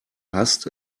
hasst